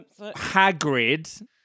Hagrid